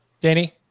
Danny